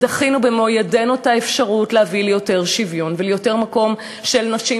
ודחינו במו-ידינו את האפשרות להביא ליותר שוויון וליותר מקום של נשים,